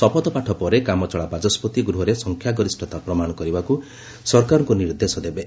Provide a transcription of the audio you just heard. ଶପଥପାଠ ପରେ କାମଚଳା ବାଚସ୍କତି ଗୃହରେ ସଂଖ୍ୟାଗରିଷ୍ଠତା ପ୍ରମାଣ କରିବାକୃ ସରକାରଙ୍କୁ ନିର୍ଦ୍ଦେଶ ଦେବେ